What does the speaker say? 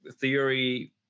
theory